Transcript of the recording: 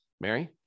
Mary